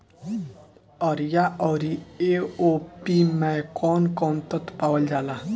Urea औरी AOP मै कौवन कौवन तत्व पावल जाला?